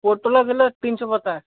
ପୋଟଳ କିଲୋ ତିନିଶହ ପଚାଶ